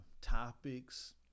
topics